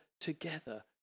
together